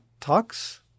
talks –